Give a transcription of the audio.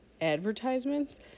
advertisements